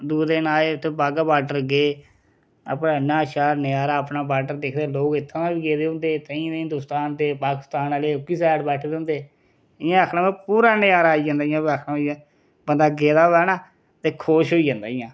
दूए दिन आए उत्थै बागा बार्डर गे अपना इन्ना शैल नजारा अपना बार्डर दिखदे लोग इत्थुआं बी गेदे हुंदे इत्थै हिंदुस्तान दे पाकिस्तान आह्ले ओक्की सैड बैठे दे हुंदे इयां आखना भाई पूरा नजारा आई जंदा बंदा गेदा होऐ ना ते खुश होई जंदा इ'यां